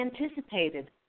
anticipated